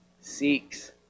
seeks